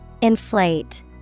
Inflate